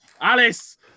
alice